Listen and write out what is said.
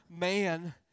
man